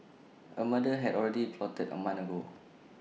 A murder had already been plotted A month ago